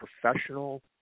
professional